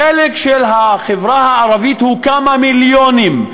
החלק של החברה הערבית הוא כמה מיליונים,